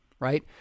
Right